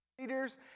leaders